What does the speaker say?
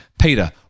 Peter